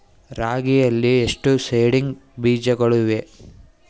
ರಾಗಿಯಲ್ಲಿ ಎಷ್ಟು ಸೇಡಿಂಗ್ ಬೇಜಗಳಿವೆ?